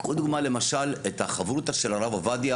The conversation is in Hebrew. קחו דוגמה למשל את החברותא של הרב עובדיה,